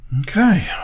Okay